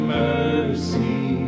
mercy